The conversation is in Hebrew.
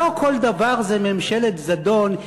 לא כל דבר זה ממשלת זדון.